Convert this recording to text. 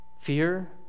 fear